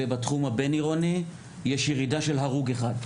ובתחום הבין עירוני יש ירידה של הרוג אחד.